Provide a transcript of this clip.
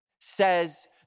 says